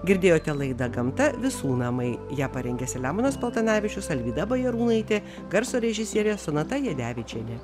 girdėjote laidą gamta visų namai ją parengė selemonas paltanavičius alvyda bajarūnaitė garso režisierė sonata jadevičienė